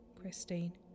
Christine